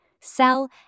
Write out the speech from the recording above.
sell